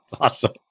Awesome